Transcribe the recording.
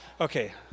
Okay